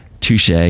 touche